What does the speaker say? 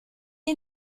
est